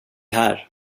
här